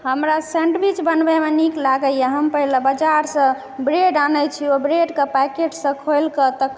हमरा सैण्डविच बनबैमे नीक लागै या हम पहिने बजारसँ ब्रेड आनै छियै ओहि ब्रेडके पैकेटसँ खोलि कऽ तक